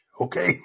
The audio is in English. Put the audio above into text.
okay